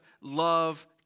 love